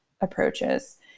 approaches